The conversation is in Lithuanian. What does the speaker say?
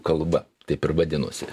kalba taip ir vadinosi